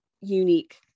unique